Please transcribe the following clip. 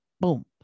Boom